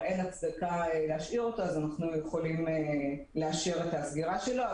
אין הצדקה להשאיר אותו אז אנחנו יכולים לאשר את הסגירה שלו.